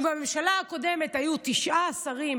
אם בממשלה הקודמת היו תשע שרות,